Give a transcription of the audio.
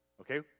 Okay